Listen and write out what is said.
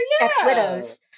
ex-widows